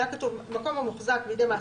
היה כתוב: "מקום המוחזק בידי מעסיק,